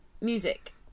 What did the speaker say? Music